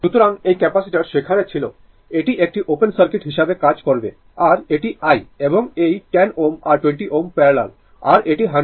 সুতরাং এই ক্যাপাসিটার সেখানে ছিল এটি একটি ওপেন সার্কিট হিসাবে কাজ করবে আর এটি i এবং এই 10 Ω আর 20 প্যারালাল আর এটি 100 ভোল্ট